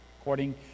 according